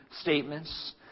statements